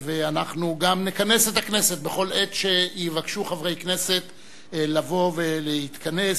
ואנחנו גם נכנס את הכנסת בכל עת שיבקשו חברי כנסת לבוא ולהתכנס,